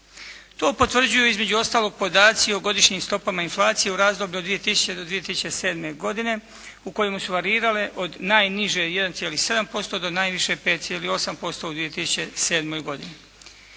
To potvrđuje između ostalog podaci o godišnjim stopama inflacije u razdoblju od 2000. do 2007. godine u kojemu su varirale od najniže 1,7% do najviše 5,8% u 2007. godini.